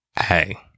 Hey